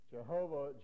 Jehovah